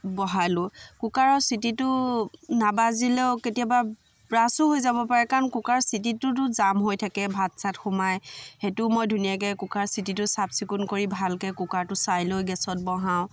বহালোঁ কুকাৰৰ চিটিটো নাবাজিলেও কেতিয়াবা ব্ৰাছো হৈ যাব পাৰে কাৰণ কুকাৰৰ চিটিটোতো জাম হৈ থাকে ভাত চাত সোমাই সেইটোও মই ধুনীয়াকৈ কুকাৰৰ চিটিটো চাফ চিকুণ কৰি ভালকৈ কুকাৰটো চাই লৈ গেছত বহাওঁ